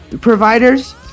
providers